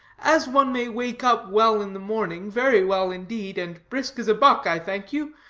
as one may wake up well in the morning, very well, indeed, and brisk as a buck, i thank you,